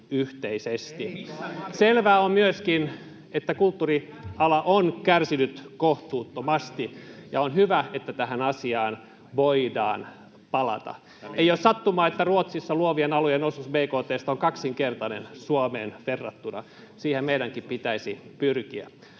Selvää on myöskin, että kulttuuriala on kärsinyt kohtuuttomasti, ja on hyvä, että tähän asiaan voidaan palata. Ei ole sattumaa, että Ruotsissa luovien alojen osuus bkt:stä on kaksinkertainen Suomeen verrattuna. Siihen meidänkin pitäisi pyrkiä.